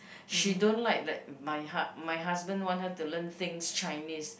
she don't like that my ha~ my husband want her to learn things Chinese